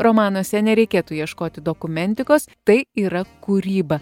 romanuose nereikėtų ieškoti dokumentikos tai yra kūryba